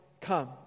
come